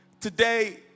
Today